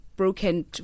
broken